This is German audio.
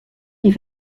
die